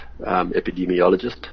epidemiologist